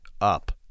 up